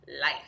life